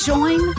Join